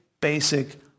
basic